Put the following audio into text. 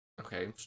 okay